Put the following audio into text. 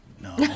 No